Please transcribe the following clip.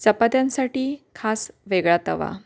चपात्यांसाठी खास वेगळा तवा